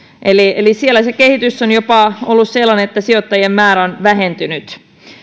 eli eli siellä se kehitys on ollut jopa sellainen että sijoittajien määrä on vähentynyt